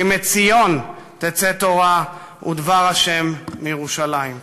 כי מציון תצא תורה ודבר ה' מירושלם".